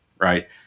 Right